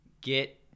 Get